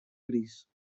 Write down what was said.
gris